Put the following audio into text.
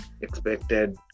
expected